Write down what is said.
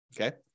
Okay